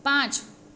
પાંચ